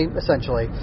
essentially